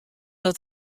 dat